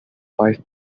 five